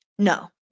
No